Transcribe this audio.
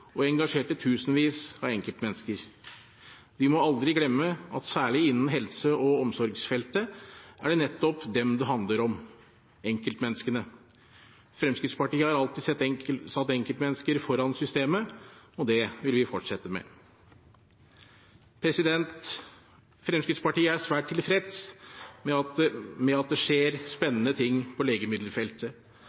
og engasjerte tusenvis av enkeltmennesker. Vi må aldri glemme at særlig innen helse- og omsorgsfeltet er det nettopp dem det handler om: enkeltmenneskene. Fremskrittspartiet har alltid satt enkeltmennesker foran systemet, og det vil vi fortsette med. Fremskrittspartiet er svært tilfreds med at det skjer spennende ting på legemiddelfeltet,